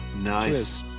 Nice